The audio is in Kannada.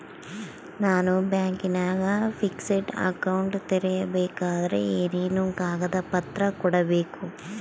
ನಾನು ಬ್ಯಾಂಕಿನಾಗ ಫಿಕ್ಸೆಡ್ ಅಕೌಂಟ್ ತೆರಿಬೇಕಾದರೆ ಏನೇನು ಕಾಗದ ಪತ್ರ ಕೊಡ್ಬೇಕು?